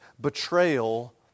betrayal